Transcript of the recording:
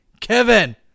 Kevin